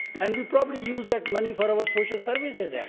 and we'll probably use that money for our social services here,